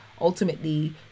Ultimately